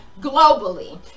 globally